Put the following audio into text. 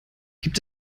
gibt